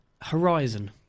Horizon